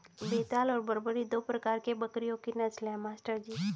बेताल और बरबरी दो प्रकार के बकरियों की नस्ल है मास्टर जी